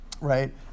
right